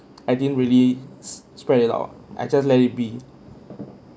I didn't really spread it out I just let it be